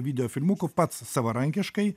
videofilmukų pats savarankiškai